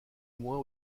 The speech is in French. moins